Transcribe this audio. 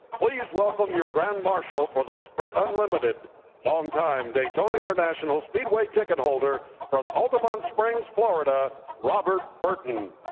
please welcome your grand marshal for the sprint unlimited long-time daytona international speedway ticket holder from alta mont springs, florida, robert burton.